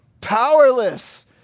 Powerless